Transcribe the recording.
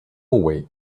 way